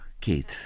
Keith